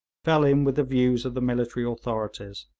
fell in with the views of the military authorities.